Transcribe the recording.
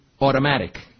automatic